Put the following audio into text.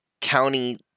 county